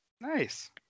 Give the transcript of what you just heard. Nice